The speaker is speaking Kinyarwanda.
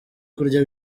kurya